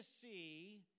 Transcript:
see